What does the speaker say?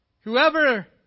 Whoever